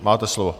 Máte slovo.